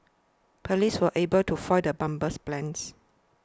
police were able to foil the bomber's plans